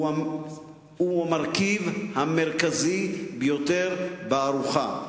הוא המרכיב המרכזי ביותר בארוחה שלהן.